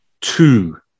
two